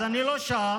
אז אני לא שם,